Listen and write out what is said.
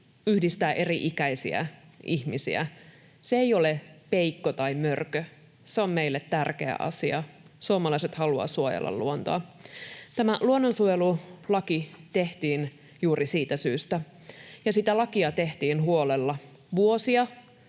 yhdistää eri-ikäisiä ihmisiä. Se ei ole peikko tai mörkö, se on meille tärkeä asia. Suomalaiset haluavat suojella luontoa. Tämä luonnonsuojelulaki tehtiin juuri siitä syystä. Lakia tehtiin huolella, vuosia